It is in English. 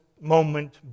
moment